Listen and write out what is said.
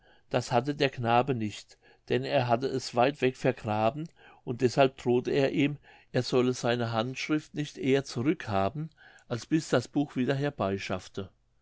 das hatte der knabe nicht denn er hatte es weit weg vergraben und deshalb drohete er ihm er solle seine handschrift nicht eher zurück haben als bis das buch wieder herbeischaffte